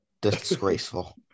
disgraceful